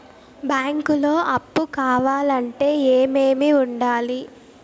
బ్యాంకులో అప్పు కావాలంటే ఏమేమి ఉండాలి?